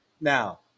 Now